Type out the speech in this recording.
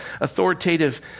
authoritative